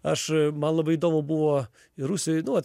aš man labai įdomu buvo ir rusijoj nu vat